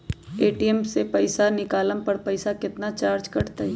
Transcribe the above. ATM से पईसा निकाले पर पईसा केतना चार्ज कटतई?